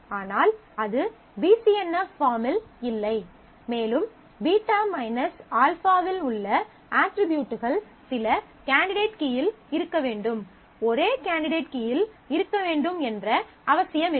ஆனால் அது B C N F பார்மில் இல்லை மேலும் β α இல் உள்ள அட்ரிபியூட்கள் சில கேண்டிடேட் கீயில் இருக்க வேண்டும் ஒரே கேண்டிடேட் கீயில் இருக்க வேண்டும் என்ற அவசியமில்லை